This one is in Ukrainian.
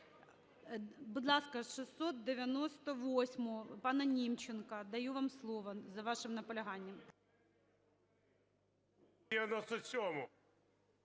Будь ласка, 698-у пана Німченка, даю вам слово за вашим наполяганням.